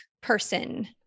person